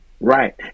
right